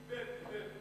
דיבר.